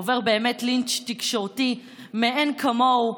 עובר באמת לינץ' תקשורתי מאין כמוהו.